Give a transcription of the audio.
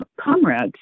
comrades